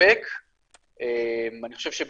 לא,